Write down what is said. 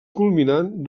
culminant